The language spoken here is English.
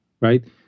right